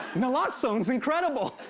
naloxone's incredible.